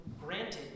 granted